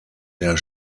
der